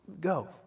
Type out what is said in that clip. Go